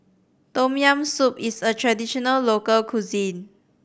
Tom Yam Soup is a traditional local cuisine